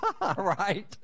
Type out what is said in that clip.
right